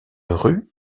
rue